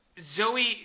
Zoe